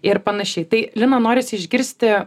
ir panašiai tai lina norisi išgirsti